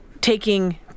taking